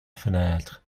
fenêtre